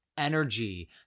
energy